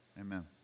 amen